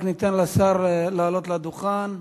רק ניתן לשר לעלות לדוכן.